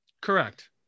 correct